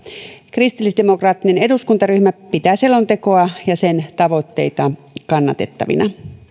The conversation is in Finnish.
kristillisdemokraattinen eduskuntaryhmä pitää selontekoa ja sen tavoitteita kannatettavina